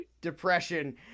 depression